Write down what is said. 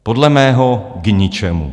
Podle mého k ničemu.